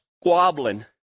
squabbling